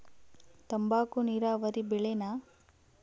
ತಂಬಾಕು ನೇರಾವರಿ ಬೆಳೆನಾ?